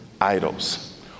idols